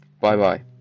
Bye-bye